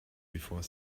before